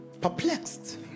perplexed